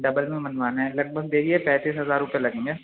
double میں بنوانا ہے لگ بھگ دیکھیے پینتس ہزار روپے لگیں گے